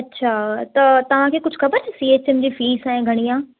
अच्छा त तव्हां खे कुझु ख़बर आहे C H N G fees हाणे घणी आहे